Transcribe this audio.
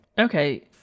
Okay